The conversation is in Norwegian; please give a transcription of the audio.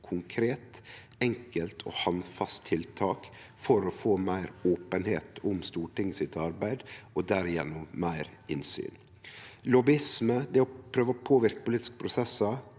konkret, enkelt og handfast tiltak for å få meir openheit om Stortingets arbeid, og gjennom det meir innsyn. Lobbyisme, det å prøve å påverke politiske prosessar